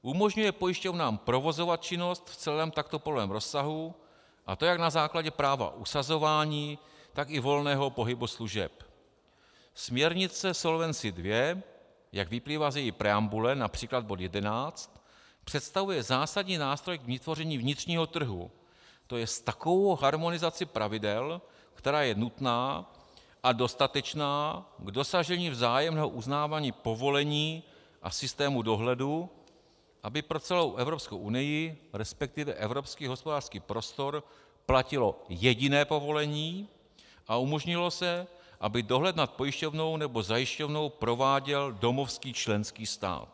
Umožňuje pojišťovnám provozovat činnost v celém takto povoleném rozsahu, a to jak na základě práva usazování, tak i volného pohybu služeb. Směrnice Solvency II, jak vyplývá z její preambule, např. bod 11, představuje zásadní nástroj k vytvoření vnitřního trhu, tj. takovou harmonizaci pravidel, která je nutná a dostatečná k dosažení vzájemného uznávání povolení a systému dohledu, aby pro celou Evropskou unii, resp. Evropský hospodářský prostor, platilo jediné povolení a umožnilo se, aby dohled nad pojišťovnou nebo zajišťovnou prováděl domovský členský stát.